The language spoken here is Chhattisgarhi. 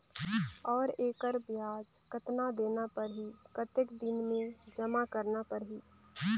और एकर ब्याज कतना देना परही कतेक दिन मे जमा करना परही??